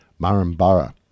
Murrumburra